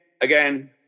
again